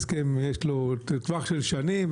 והסכם יש לו טווח של שנים,